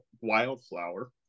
wildflower